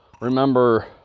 remember